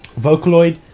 Vocaloid